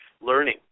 learning